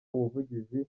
ubuvugizi